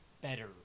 better